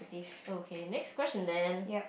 okay next question then